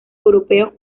europeos